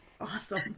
Awesome